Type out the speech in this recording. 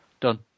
Done